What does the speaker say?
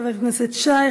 חבר הכנסת שי,